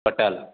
hotel